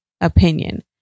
opinion